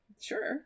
Sure